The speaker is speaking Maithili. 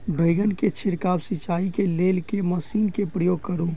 बैंगन केँ छिड़काव सिचाई केँ लेल केँ मशीन केँ प्रयोग करू?